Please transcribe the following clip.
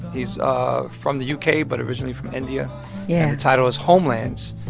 he's ah from the u k. but originally from india yeah the title was homelands.